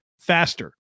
faster